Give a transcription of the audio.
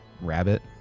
rabbit